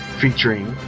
featuring